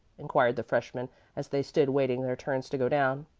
inquired the freshman as they stood waiting their turns to go down.